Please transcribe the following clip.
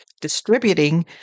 distributing